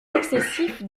excessifs